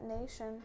nation